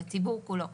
לציבור כולו,